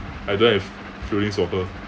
I don't have feelings for her